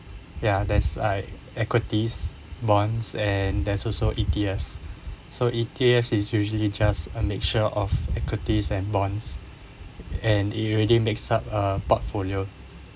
ya that's I equities bonds and there's also E_T_Fs so eat E_T_F is usually just a mixture of equities and bonds and it already makes up a portfolio